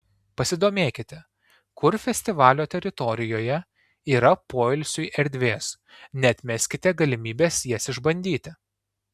pasidomėkite kur festivalio teritorijoje yra poilsiui erdvės neatmeskite galimybės jas išbandyti